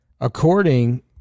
According